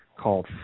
called